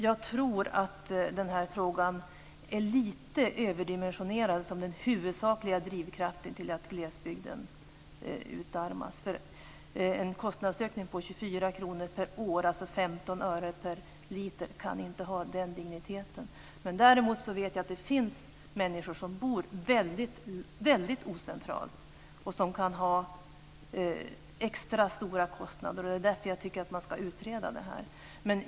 Jag tror att den här frågan är lite överdimensionerad som den huvudsakliga drivkraften till att glesbygden utarmas. En kostnadsökning på 24 kr per år, 15 öre per liter, kan inte har den digniteten. Däremot finns det människor som bor väldigt ocentralt och som kan ha extra stora kostnader. Därför tycker jag att detta ska utredas.